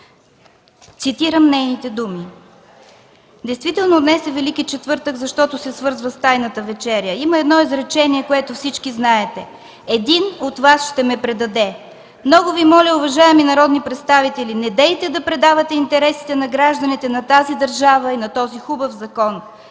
цитирам нейните думи: